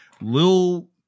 Little